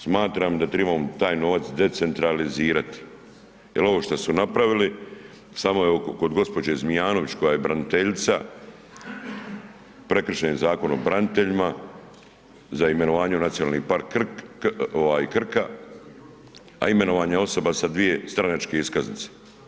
Smatram da tribamo taj novac decentralizirati jer ovo što su napravili samo je kod gospođe Zmijanović koja je braniteljica prekršen Zakon o braniteljima za imenovanje u Nacionalni park Krk ovaj Krka, a imenovana je osoba sa dvije stranačke iskaznice.